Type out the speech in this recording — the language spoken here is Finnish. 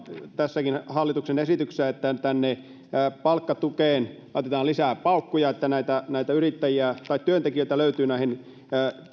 tässäkin hallituksen esityksessä että palkkatukeen laitetaan lisää paukkuja että näitä näitä työntekijöitä löytyy